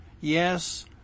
Yes